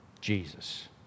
Jesus